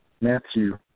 Matthew